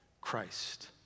Christ